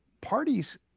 parties